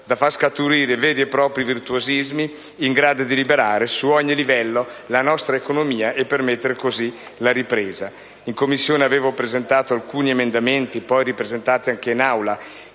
da far scaturire veri e propri virtuosismi in grado di liberare su ogni livello la nostra economia e permettere così la ripresa. In Commissione ho presentato alcuni emendamenti, che ho riproposto anche in Aula,